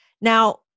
Now